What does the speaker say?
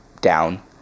down